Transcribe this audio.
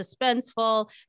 suspenseful